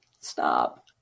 Stop